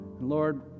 lord